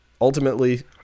Ultimately